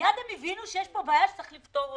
מיד הם הבינו שיש פה בעיה שצריך לפתור אותה.